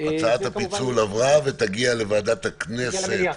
הצעת הפיצול עברה ותגיע לוועדת הכנסת --- תגיע למליאה,